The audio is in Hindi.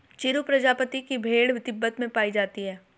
चिरु प्रजाति की भेड़ तिब्बत में पायी जाती है